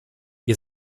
wir